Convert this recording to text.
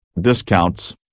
discounts